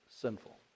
sinful